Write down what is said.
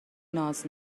ناز